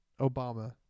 Obama